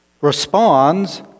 responds